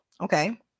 Okay